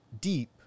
deep